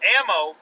Ammo